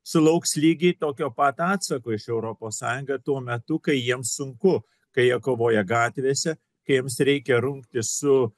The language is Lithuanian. sulauks lygiai tokio pat atsako iš europos sąjunga tuo metu kai jiems sunku kai jie kovoja gatvėse kai jiems reikia rungtis su